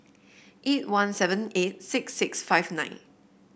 eight one seven eight six six five nine